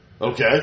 Okay